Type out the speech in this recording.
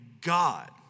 God